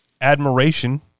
admiration